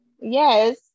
Yes